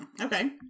okay